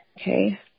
Okay